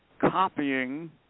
copying